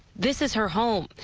this is her home.